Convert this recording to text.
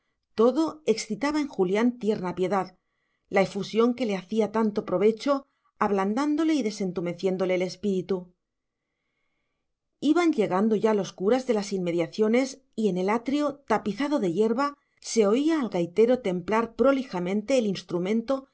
todo excitaba en julián tierna piedad la efusión que le hacía tanto provecho ablandándole y desentumeciéndole el espíritu iban llegando ya los curas de las inmediaciones y en el atrio tapizado de hierba se oía al gaitero templar prolijamente el instrumento